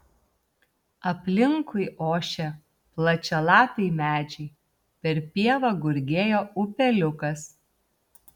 aplinkui ošė plačialapiai medžiai per pievą gurgėjo upeliukas